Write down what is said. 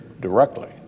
directly